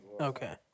Okay